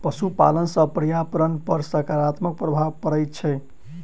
पशुपालन सॅ पर्यावरण पर साकारात्मक प्रभाव पड़ैत छै